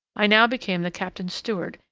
i now became the captain's steward,